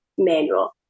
manual